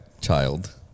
child